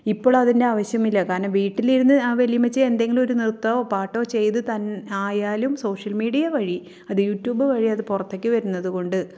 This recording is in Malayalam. ഇപ്പോള് അതിൻ്റെ ആവശ്യമില്ല കാരണം വീട്ടിലിരുന്ന് ആ വല്യമ്മച്ചി എന്തെങ്കിലും ഒരു നൃത്തമോ പാട്ടോ ചെയ്ത് തന്നെ ആയാലും സോഷ്യൽ മീഡിയ വഴി അത് യു ട്യൂബ് വഴി അത് പുറത്തേക്കു വരുന്നതുകൊണ്ട്